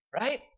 right